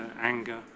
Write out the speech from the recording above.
anger